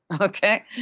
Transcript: okay